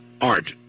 Art